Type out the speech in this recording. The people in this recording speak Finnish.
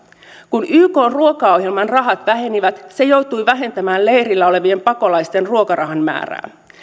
kun ykn ruokaohjelman rahat vähenivät se joutui vähentämään leirillä olevien pakolaisten ruokarahan määrää